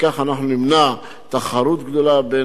כך נמנע תחרות גדולה,